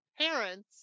parents